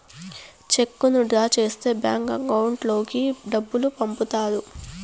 చెక్కును డ్రా చేస్తే bank account లోకి డబ్బులు పంపుతారు